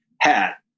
hat